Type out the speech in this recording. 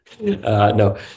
no